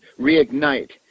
reignite